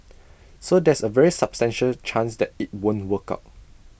so there's A very substantial chance that IT won't work out